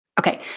Okay